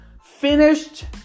finished